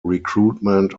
recruitment